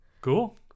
Cool